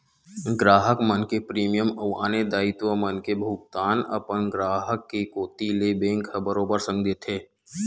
गराहक मन के प्रीमियम अउ आने दायित्व मन के भुगतान अपन ग्राहक के कोती ले बेंक ह बरोबर संग देथे